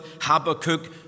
Habakkuk